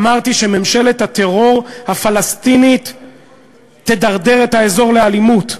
אמרתי שממשלת הטרור הפלסטינית תדרדר את האזור לאלימות.